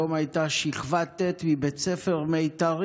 היום הייתה שכבת ט' מבית הספר "מיתרים"